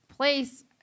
place